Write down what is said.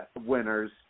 winners